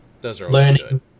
learning